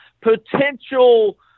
potential